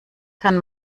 kann